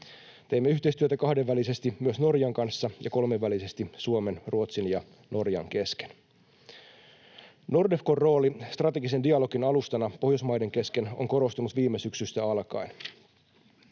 Teemme yhteistyötä kahdenvälisesti myös Norjan kanssa ja kolmenvälisesti Suomen, Ruotsin ja Norjan kesken. Nordefcon rooli strategisen dialogin alustana pohjoismaiden kesken on korostunut viime syksystä alkaen.